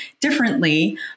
differently